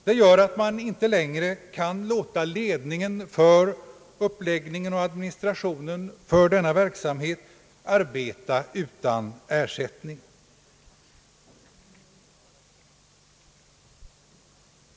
Det gör att man inte längre kan låta ledningen för uppläggningen och administrationen av denna verksamhet arbeta utan ersättning.